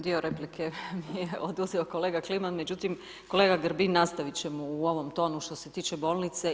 Dio replike mi je oduzeo kolega Kliman, međutim kolega Grbin, nastavit ćemo u ovom tonu što se tiče bolnice.